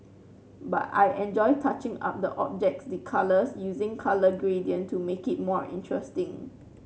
but I enjoy touching up the objects the colours using colour gradient to make it more interesting